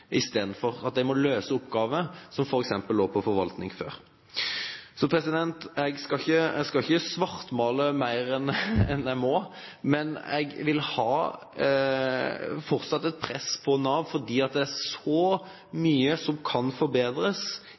at de må løse oppgaver som f.eks. lå på forvaltning før. Jeg skal ikke svartmale mer enn jeg må, men jeg vil fortsatt ha et press på Nav, fordi det er så mye som kan forbedres